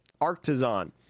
artisan